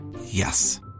Yes